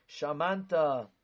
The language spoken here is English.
Shamanta